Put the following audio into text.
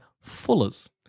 fullers